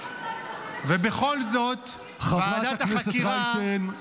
ובכל זאת ----- חברת הכנסת רייטן.